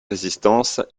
résistances